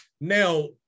Now